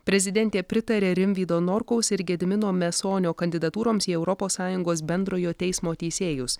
prezidentė pritarė rimvydo norkaus ir gedimino mesonio kandidatūroms į europos sąjungos bendrojo teismo teisėjus